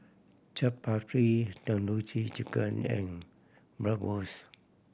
Chaat Papri Tandoori Chicken and Bratwurst